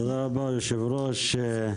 תודה רבה, היושב ראש.